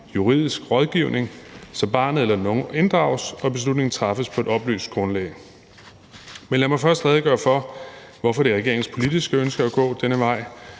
juridisk rådgivning, så barnet eller den unge inddrages og beslutningen træffes på et oplyst grundlag. Men lad mig først redegøre for, hvorfor det er regeringens politiske ønske at gå denne vej.